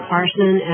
Parson